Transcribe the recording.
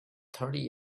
thirty